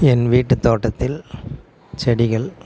என் வீட்டுத் தோட்டத்தில் செடிகள்